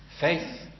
Faith